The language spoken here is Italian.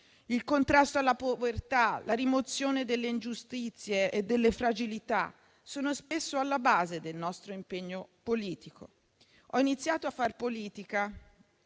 Il contrasto alla povertà e la rimozione delle ingiustizie e delle fragilità sono spesso alla base del nostro impegno politico. Ho iniziato a far politica